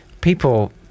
People